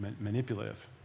manipulative